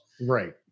Right